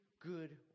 good